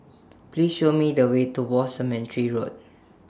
Please Show Me The Way to War Cemetery Road